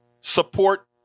support